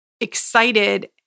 excited